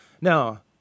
Now